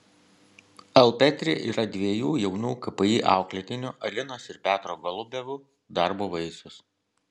alpetri yra dviejų jaunų kpi auklėtinių alinos ir petro golubevų darbo vaisius